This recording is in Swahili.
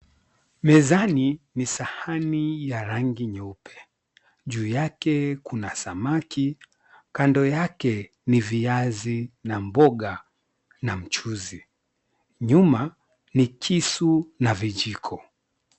Mezani ni sahani ya rangi nyeupe. Juu yake kuna samaki, kando yake ni viazi na mboga na mchuzi, nyuma ni kisu na vijiko.